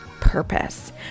purpose